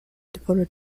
devoted